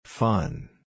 Fun